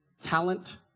Talent